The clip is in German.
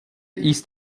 ist